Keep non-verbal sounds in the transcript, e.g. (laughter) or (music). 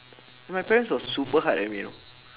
(noise) my parents were super hard at me you know